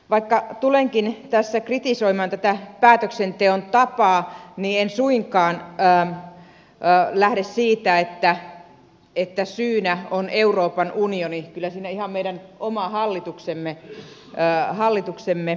vaikka tulenkin tässä kritisoimaan tätä päätöksenteon tapaa niin en suinkaan lähde siitä että syynä on euroopan unioni kyllä siinä ihan meidän oma hallituksemme on